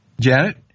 Janet